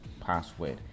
password